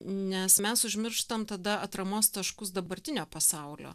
nes mes užmirštam tada atramos taškus dabartinio pasaulio